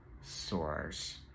source